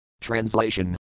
Translation